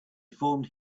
formed